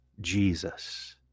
Jesus